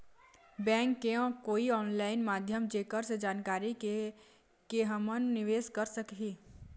Bank के कोई online माध्यम जेकर से जानकारी के के हमन निवेस कर सकही?